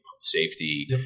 safety